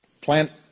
plant